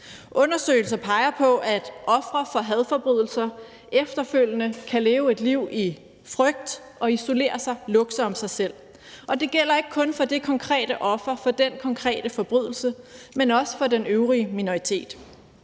Undersøgelser peger på, at ofre for hadforbrydelser efterfølgende kan leve et liv i frygt og isolere sig, lukke sig om sig selv, og det gælder ikke kun for det konkrete offer for den konkrete forbrydelse, men også for den øvrige minoritet.